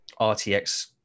RTX